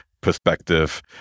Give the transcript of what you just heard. perspective